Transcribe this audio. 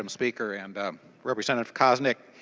um speaker. and representative koznick